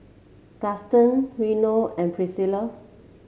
Gaston Reno and Priscilla